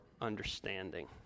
understanding